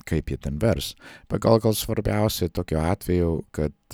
kaip ji ten vers pagal gal svarbiausia tokiu atveju kad